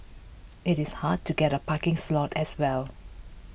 it is hard to get a parking slot as well